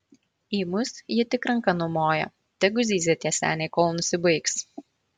į mus ji tik ranka numoja tegu zyzia tie seniai kol nusibaigs